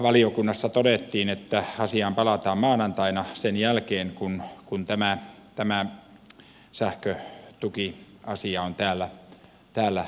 valiokunnassa todettiin että asiaan palataan maanantaina sen jälkeen kun tämä sähkötukiasia on täällä salissa loppuun käsitelty